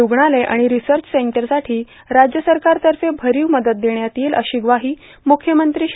रूग्णालय आणि रिसर्च सेंटरसाठी राज्य सरकारतर्फे भरीव मदत देण्यात येईल अशी ग्वाही मुख्यमंत्री श्री